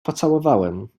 pocałowałem